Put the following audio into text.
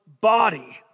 body